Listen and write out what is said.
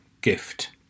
Gift